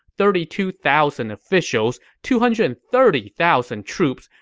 thirty two thousand officials, two hundred and thirty thousand troops,